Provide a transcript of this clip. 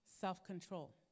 self-control